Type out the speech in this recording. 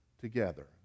together